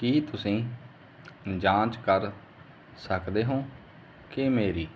ਕੀ ਤੁਸੀਂ ਜਾਂਚ ਕਰ ਸਕਦੇ ਹੋ ਕਿ ਮੇਰੀ